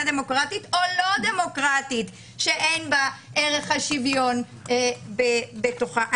דמוקרטית או לא דמוקרטית שאין ערך השוויון בתוכה.